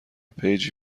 پیجی